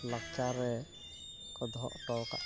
ᱞᱟᱠᱪᱟᱨ ᱨᱮᱠᱚ ᱫᱚᱦᱚ ᱦᱚᱴᱚᱣ ᱟᱠᱟᱫ ᱛᱟᱵᱚᱱᱟ